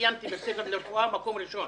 סיימתי בית-ספר לרפואה במקום הראשון,